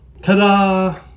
Ta-da